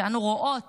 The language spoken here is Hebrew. שאנו רואות